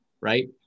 right